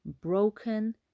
broken